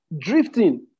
Drifting